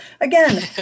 again